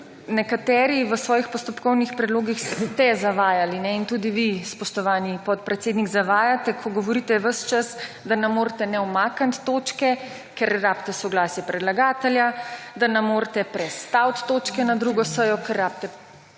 nekateri v svojih postopkovnih predlogih ste zavajali in tudi vi, spoštovani podpredsednik, zavajate, ko govorite ves čas, da ne morete ne umakniti točke ker rabite soglasje predlagatelja, da ne morete prestaviti točke na drugo sejo, ker rabite